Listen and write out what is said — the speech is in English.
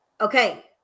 okay